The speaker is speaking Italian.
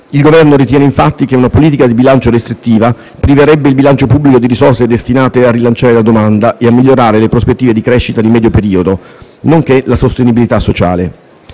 Il Governo ritiene, infatti, che una politica di bilancio restrittiva priverebbe il bilancio pubblico di risorse destinate a rilanciare la domanda e a migliorare le prospettive di crescita di medio periodo, nonché la sostenibilità sociale.